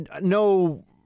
no